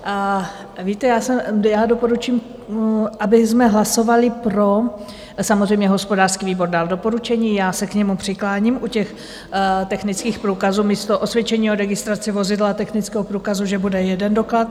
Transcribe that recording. A víte, já doporučím, abychom hlasovali pro samozřejmě, hospodářský výbor dal doporučení, já se k němu přikláním u těch technických průkazů místo osvědčení o registraci vozidla a technického průkazu, že bude jeden doklad.